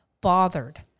bothered